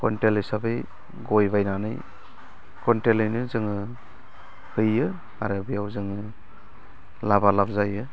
quintal हिसाबै गय बायनानै कुइन्टेलैनो जोङो हैयो आरो बेयाव जोङो लाबा लाब जायो